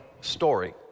story